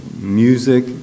music